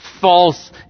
false